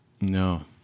No